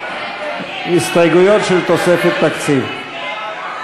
ההסתייגויות לסעיף 19, משרד המדע והחלל,